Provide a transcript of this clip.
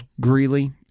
Greeley